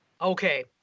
Okay